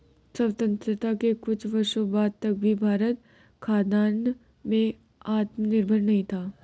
स्वतंत्रता के कुछ वर्षों बाद तक भी भारत खाद्यान्न में आत्मनिर्भर नहीं था